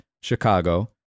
Chicago